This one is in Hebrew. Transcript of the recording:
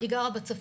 והיא גרה בצפון.